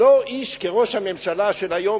לא איש כראש הממשלה של היום,